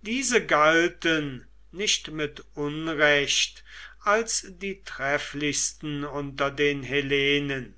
diese galten nicht mit unrecht als die trefflichsten unter den hellenen